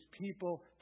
people